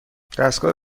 دستگاه